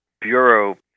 bureau